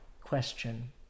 question